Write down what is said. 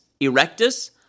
Erectus